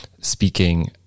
speaking